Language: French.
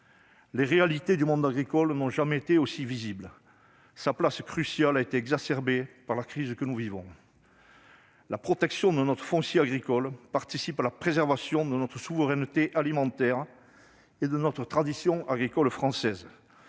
Les réalités du monde agricole n'ont jamais été aussi visibles : la place cruciale qu'il occupe a été particulièrement mise en lumière par la crise que nous vivons. La protection de notre foncier agricole participe à la préservation de notre souveraineté alimentaire et de notre tradition agricole française.